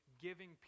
giving